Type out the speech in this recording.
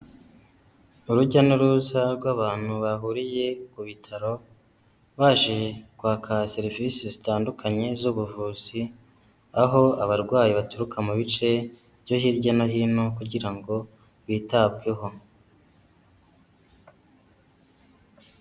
Urujya n'uruza rw'abantu bahuriye ku bitaro baje kwaka serivisi zitandukanye z'ubuvuzi; aho abarwayi baturuka mu bice byo hirya no hino kugira ngo bitabweho.